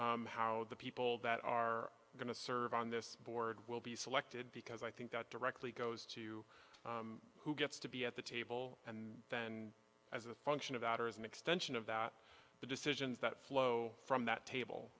know how the people that are going to serve on this board will be selected because i think that directly goes to who gets to be at the table and then as a function of outer is an extension of that the decisions that flow from that table